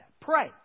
Pray